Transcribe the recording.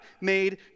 made